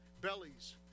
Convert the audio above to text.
bellies